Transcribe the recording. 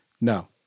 No